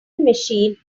machine